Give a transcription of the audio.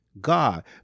God